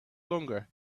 longer